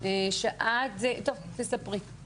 שאחראי על כול התביעות ומי שמטפל בזה,